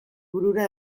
burura